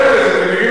אני אגיד לך למה,